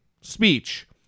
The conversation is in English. speech